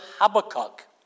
Habakkuk